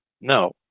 No